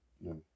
No